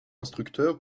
instructeur